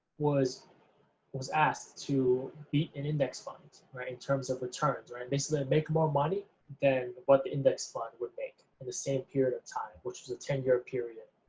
was was asked to beat an index fund in terms of returns, right, basically make more money then what the index fund would make in the same period of time, which is a ten-year period.